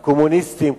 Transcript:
הקומוניסטים.